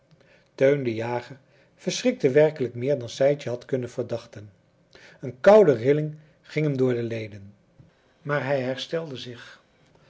teun de jager verschrikte werkelijk meer dan sijtje had kunnen verdachten een koude rilling ging hem door de leden maar hij herstelde zich